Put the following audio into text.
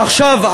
עכשיו,